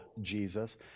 Jesus